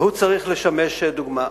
והוא צריך לשמש דוגמה.